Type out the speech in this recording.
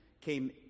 came